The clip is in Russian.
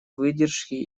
выдержки